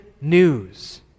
news